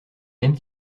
mêmes